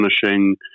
finishing